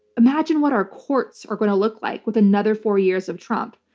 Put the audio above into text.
imagine what our courts are going to look like with another four years of trump.